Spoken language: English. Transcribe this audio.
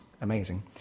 amazing